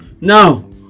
Now